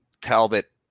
Talbot